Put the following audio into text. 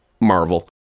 Marvel